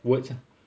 words ah